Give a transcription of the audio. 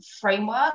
framework